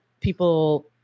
people